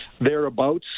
thereabouts